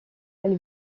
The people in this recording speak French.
elle